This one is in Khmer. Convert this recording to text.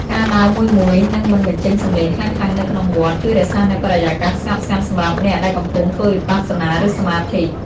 ការដើរមួយៗ និងមិនបញ្ចេញសម្លេងខ្លាំងៗនៅក្នុងវត្ត ជួយរក្សានូវបរិយាកាសស្ងប់ស្ងាត់សម្រាប់អ្នកដែលកំពុងធ្វើវិបស្សនា ឬសមាធិ។